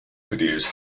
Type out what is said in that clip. videos